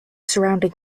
surrounding